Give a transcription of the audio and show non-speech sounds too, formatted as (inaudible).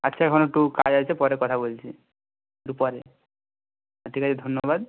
আচ্ছা এখন একটু কাজ আছে পরে কথা বলছি (unintelligible) পরে ঠিক আছে ধন্যবাদ